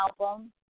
album